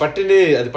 ya